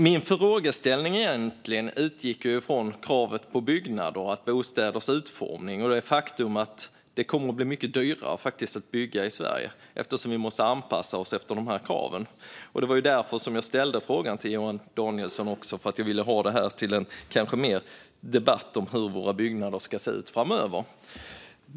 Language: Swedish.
Min frågeställning utgick egentligen från kravet på byggnader och bostäders utformning och det faktum att det kommer att bli mycket dyrare att bygga i Sverige eftersom vi måste anpassa oss till de här kraven. Det var också därför jag ställde frågan till Johan Danielsson, för att jag ville ha det här till mer av en debatt om hur våra byggnader ska se ut framöver.